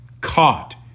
caught